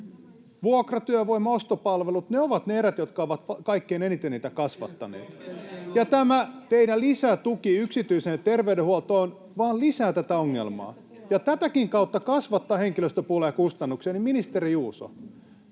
Vuokratyövoima ja ostopalvelut ovat ne erät, jotka ovat kaikkein eniten niitä kasvattaneet. Ja kun tämä teidän lisätukenne yksityiseen terveydenhuoltoon vain lisää tätä ongelmaa ja tätäkin kautta kasvattaa henkilöstöpulaa ja kustannuksia, niin, ministeri Juuso,